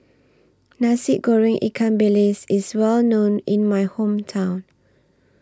Nasi Goreng Ikan Bilis IS Well known in My Hometown